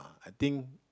I think